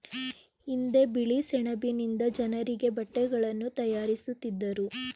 ಹಿಂದೆ ಬಿಳಿ ಸೆಣಬಿನಿಂದ ಜನರಿಗೆ ಬಟ್ಟೆಗಳನ್ನು ತಯಾರಿಸುತ್ತಿದ್ದರು